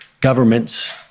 governments